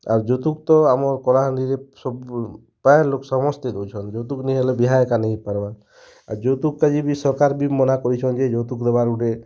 ଆର୍ ଯୌତୁକ୍ ତ ଆମର୍ କଳାହାଣ୍ଡିରେ ସବୁ ପ୍ରାୟେ ଲୋକ୍ ସମସ୍ତେ ଦୋଉଛନ୍ ଯୌତୁକ୍ ନି ହେଲେ ବିହା ଏକା ନେଇ ହେଇପାର୍ବାର୍ ଆଉ ଯୌତୁକ୍ କା ଯେ ସରକାର୍ ବି ମନା କରୁଛନ୍ ଯେ ଯୌତୁକ୍ ଦେବାର୍ଟା ଗୁଟେ